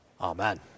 Amen